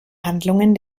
handlungen